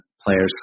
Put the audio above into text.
players